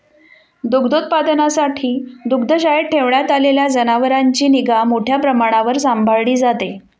दुग्धोत्पादनासाठी दुग्धशाळेत ठेवण्यात आलेल्या जनावरांची निगा मोठ्या प्रमाणावर सांभाळली जाते